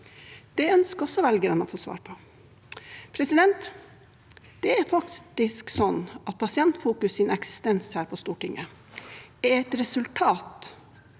Det ønsker også velgerne å få svar på. Det er faktisk sånn at Pasientfokus’ eksistens her på Stortinget er et resultat